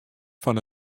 fan